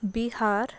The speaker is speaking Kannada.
ಬಿಹಾರ